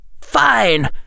Fine